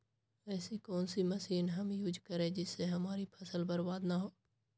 ऐसी कौन सी मशीन हम यूज करें जिससे हमारी फसल बर्बाद ना हो?